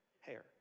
hair